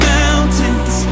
mountains